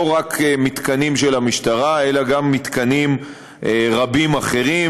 לא רק למתקנים של המשטרה אלא גם למתקנים ממשלתיים רבים אחרים